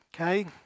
okay